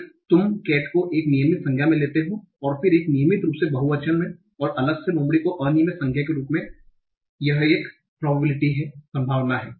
एक तुम cat को एक नियमित संज्ञा मे लेते हो और फिर एक नियमित रूप से बहुवचन है और अलग से लोमड़ी को अनियमित संज्ञा के रूप में यह एक संभावना है